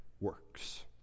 works